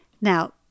Now